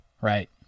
right